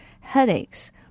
headaches